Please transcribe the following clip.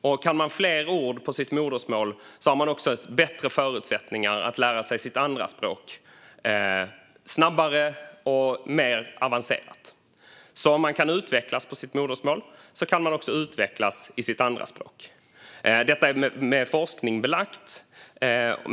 Om man kan flera ord på sitt modersmål har man också bättre förutsättningar att lära sig sitt andraspråk snabbare och mer avancerat. Om man kan utvecklas i sitt modersmål kan man alltså utvecklas också i sitt andraspråk. Detta är med forskning belagt.